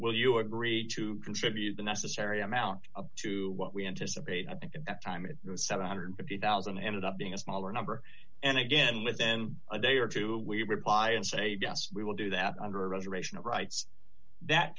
will you agree to contribute the necessary amount to what we anticipate i think in that time it was seven hundred and fifty thousand ended up being a smaller number and again within a day or two we reply and say yes we will do that on a reservation rights that